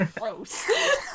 gross